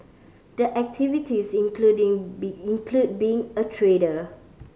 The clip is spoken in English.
the activities including be include being a trader